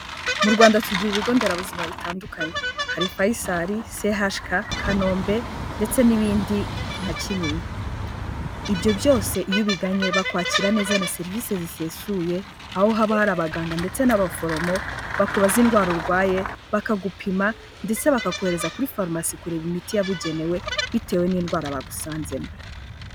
Mu Rwanda tugira ibigo nderabuzima bitandukanye. Hari Faisal, CHUK, Kanombe ndetse n'ibindi nka Kinyinya. Ibyo byose iyo ubigannye bakwakira neza na serivise zisesuye, aho haba hari abaganga ndetse n'abaforomo bakubaza indwara urwaye, bakagupima ndetse bakakohereza kuri farumasi kureba imiti yabugenewe bitewe n'indwara bagusanzemo.